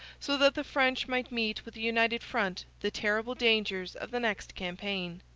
so that the french might meet with a united front the terrible dangers of the next campaign.